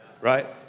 Right